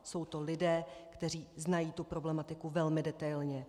Jsou to lidé, kteří znají problematiku velmi detailně.